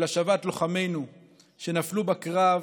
של השבת לוחמינו שנפלו בקרב